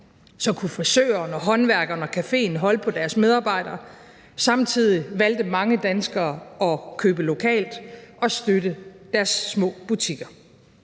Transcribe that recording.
Så kunne frisøren og håndværkeren og cafeen holde på deres medarbejdere. Samtidig valgte mange danskere at købe lokalt og støtte deres små butikker.